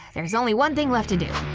there's only one thing left to do.